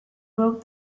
wrote